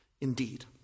indeed